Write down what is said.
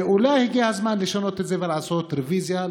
ואולי הגיע הזמן לשנות את זה ולעשות רוויזיה,